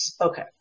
okay